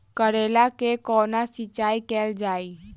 करैला केँ कोना सिचाई कैल जाइ?